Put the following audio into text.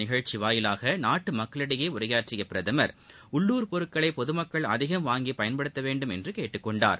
நிகழ்ச்சிவாயிலாகநாட்டுமக்களிடையேஉரையாற்றியபிரதமர் மன்கிபாத் உள்ளுர் பொருட்களைபொதுமக்கள் அதிகம் வாங்கிபயன்படுத்தவேண்டும் என்றுகேட்டுக்கொண்டார்